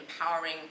empowering